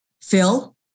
Phil